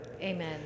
Amen